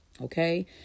okay